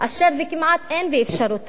וגם בשטחים